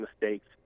mistakes